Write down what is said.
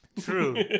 True